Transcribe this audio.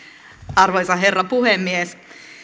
arvoisa herra puhemies